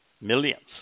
millions